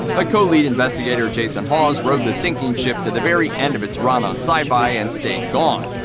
but co-lead investigator jason hawes rode the sinking ship to the very end of its run on syfy, and stayed gone?